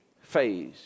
phase